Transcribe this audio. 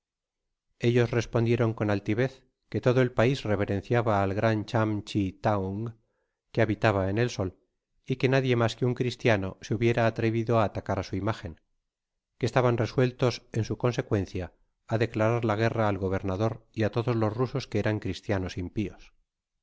ellos respondieron con altivez que todo el pais reverenciaba al gran cham chi thaung que habitaba en el sol y que nadie mas que un cristiano se hubiera atrevido á atacar á su imagen que estaban resueltos en su consecuencia á declarar la guerra al gobernador y á todos los rusos que eran cristianos impios